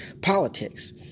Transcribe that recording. politics